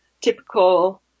typical